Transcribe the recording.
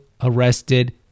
arrested